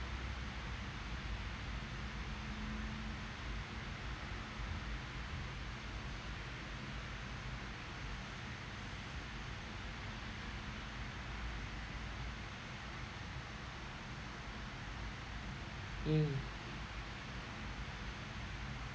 mm